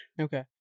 Okay